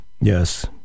Yes